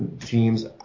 teams